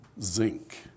Zinc